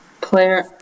Player